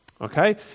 Okay